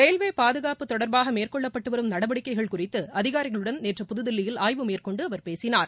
railway பாதகாப்பு தொடர்பாக மேற்கொள்ளப்பட்டு வரும் நடவடிக்கைகள் குழித்து அதிகாரிகளுடன் நேற்று புதுதில்லியில் ஆய்வு மேற்கொண்டு அவர் பேசினார்